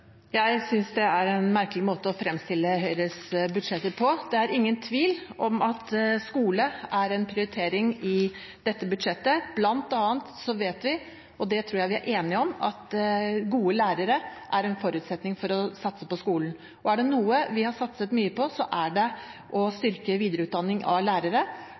Jeg synes det er en merkelig måte å fremstille Høyres budsjetter på. Det er ingen tvil om at skole er en prioritering i dette budsjettet. Blant annet vet vi – og det tror jeg vi er enige om – at gode lærere er en forutsetning for å satse på skolen. Og er det noe vi har satset mye på, er det å styrke videreutdanning av lærere,